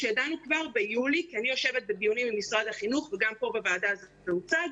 כי אני יושבת בדיונים עם משרד החינוך וגם פה בוועדה הזאת זה הוצג.